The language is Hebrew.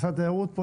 משרד התיירות,